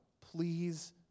please